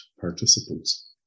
participants